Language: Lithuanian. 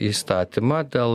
įstatymą dėl